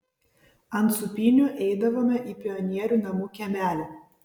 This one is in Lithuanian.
ant sūpynių eidavome į pionierių namų kiemelį